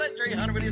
ah three hundred.